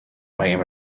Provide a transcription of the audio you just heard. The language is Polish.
moim